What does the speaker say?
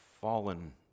fallen